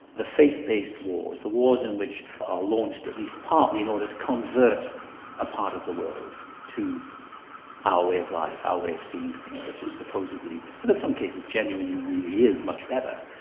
the faith-based wars, the wars in which are launched at least partly in order to convert a part of the world to our way of life, our way of seeing things which is supposedly and in some cases genuinely really is much better.